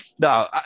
No